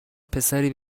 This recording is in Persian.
پسری